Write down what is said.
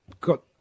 got